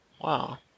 Wow